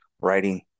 writing